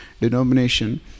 denomination